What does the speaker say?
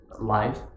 life